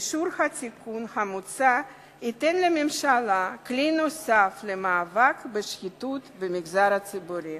אישור התיקון המוצע ייתן לממשלה כלי נוסף למאבק בשחיתות במגזר הציבורי.